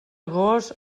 gos